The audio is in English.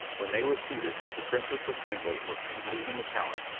when they were seated, the princess of bengal was seen leaving the palace,